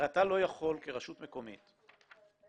הרי אתה לא יכול כרשות מקומית להגיד: